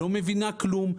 שלא מבינה כלום.